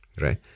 right